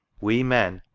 we men,